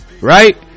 Right